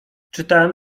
czytałem